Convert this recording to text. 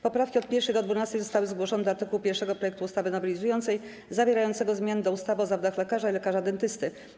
Poprawki od 1. do 12. zostały zgłoszone do art. 1 projektu ustawy nowelizującej zwierającego zmiany do ustawy o zawodach lekarza i lekarza dentysty.